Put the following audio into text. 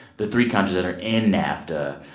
the three countries that are in nafta,